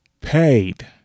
paid